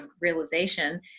realization